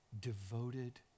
devoted